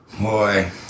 Boy